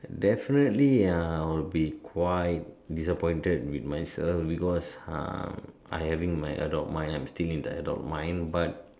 definitely ah I'll be quite disappointed with myself because ah I'm having my adult mind I'm still in the adult mind but